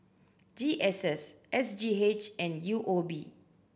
G S S S G H and U O B